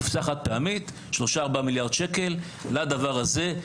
קופסה חד-פעמית, 3 4 מיליארד שקל לדבר הזה.